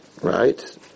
Right